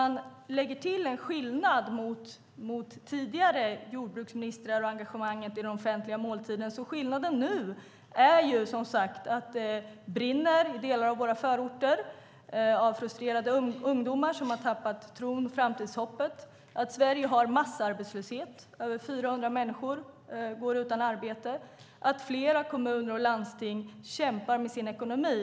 När det gäller tidigare jordbruksministrars engagemang i den offentliga måltiden är skillnaden nu, som sagt, att det brinner i delar av våra förorter. Det handlar om frustrerade ungdomar som har tappat tron på och hoppet om framtiden. Sverige har massarbetslöshet. Över 400 000 människor går utan arbete, och flera kommuner och landsting kämpar med sin ekonomi.